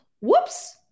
Whoops